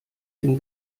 dem